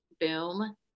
boom